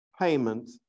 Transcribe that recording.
payment